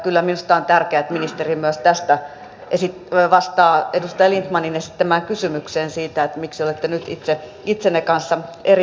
kyllä minusta on tärkeää että ministeri myös vastaa edustaja lindtmanin esittämään kysymykseen siitä miksi olette nyt itse itsenne kanssa eri mieltä